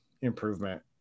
improvement